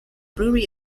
brewery